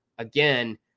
Again